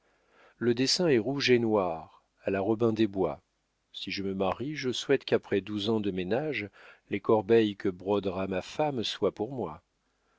le dessin est rouge et noir à la robin des bois si je me marie je souhaite qu'après douze ans de ménage les corbeilles que brodera ma femme soient pour moi